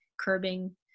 curbing